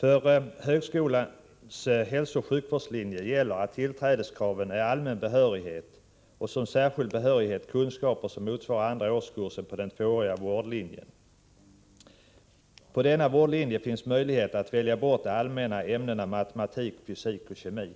För högskolans hälsooch sjukvårdslinje gäller att tillträdeskraven är allmän behörighet och som särskild behörighet kunskaper som motsvarar andra årskursen på den tvååriga vårdlinjen. På denna vårdlinje finns det möjlighet att välja bort de allmänna ämnena matematik, fysik och kemi.